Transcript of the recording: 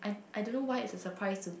I don't know why it's a surprise to